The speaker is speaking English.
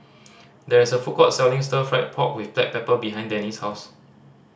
there is a food court selling Stir Fry pork with the black pepper behind Denny's house